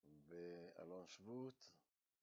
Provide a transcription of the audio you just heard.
‫באלון שבות.